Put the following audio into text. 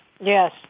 Yes